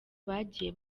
bagiye